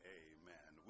amen